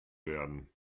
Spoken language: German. werden